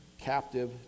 captive